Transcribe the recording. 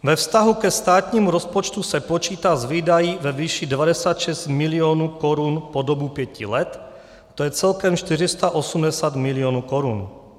Ve vztahu ke státnímu rozpočtu se počítá s výdaji ve výši 96 mil. korun po dobu pěti let, tj. celkem 480 mil. korun.